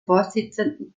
vorsitzenden